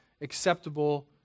acceptable